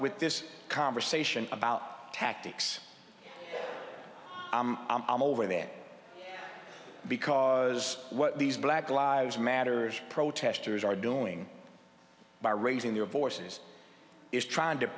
with this conversation about tactics i'm over there because what these black lives matters protesters are doing by raising their voices is trying to